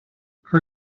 her